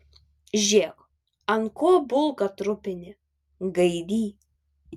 žėk ant ko bulką trupini gaidy